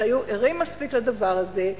שהיו ערים מספיק לדבר הזה,